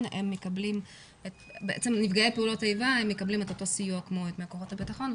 מקבלים את אותו סיוע כמו כוחות הביטחון,